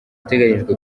iteganyijwe